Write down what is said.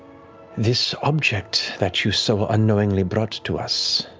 this object that you so unknowingly brought to us